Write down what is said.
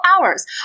hours